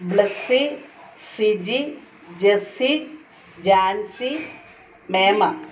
Blessy Siji Jessy Jancy മേമ